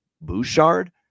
Bouchard